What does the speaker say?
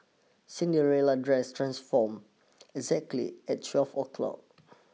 Cinderella's dress transformed exactly at twelve o'clock